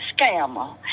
scammer